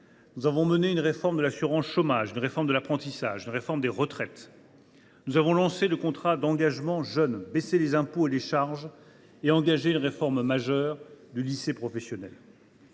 Nous avons mené une réforme de l’assurance chômage, une réforme de l’apprentissage et une réforme des retraites. Nous avons lancé le contrat d’engagement jeune, baissé les impôts et les charges et engagé une réforme majeure du lycée professionnel.